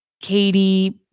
Katie